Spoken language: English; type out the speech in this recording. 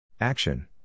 Action